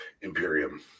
Imperium